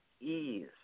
ease